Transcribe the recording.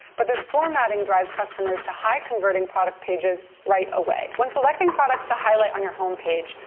but this formatting drives customers to high-converting product pages right away. when selecting products to highlight on your home page,